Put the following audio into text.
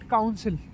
Council